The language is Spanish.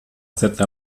hacerte